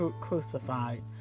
crucified